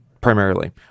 Primarily